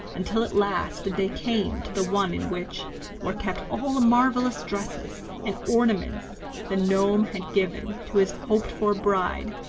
until at last they came to the one in which were kept all the marvellous dresses and ornaments the gnome had given to his hoped-for bride.